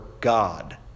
God